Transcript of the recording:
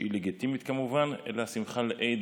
שהיא לגיטימית, כמובן, אלא שמחה לאיד